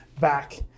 back